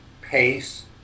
pace